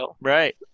Right